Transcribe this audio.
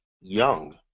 young